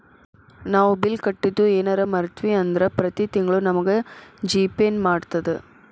ನಾವು ಬಿಲ್ ಕಟ್ಟಿದ್ದು ಯೆನರ ಮರ್ತ್ವಿ ಅಂದ್ರ ಪ್ರತಿ ತಿಂಗ್ಳು ನಮಗ ಜಿ.ಪೇ ನೆನ್ಪ್ಮಾಡ್ತದ